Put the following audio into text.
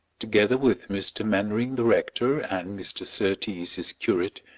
together with mr. mainwaring the rector, and mr. surtees his curate,